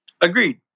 Agreed